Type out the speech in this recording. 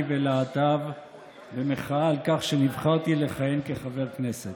ולהט"ב במחאה על כך שנבחרתי לכהן כחבר כנסת.